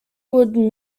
would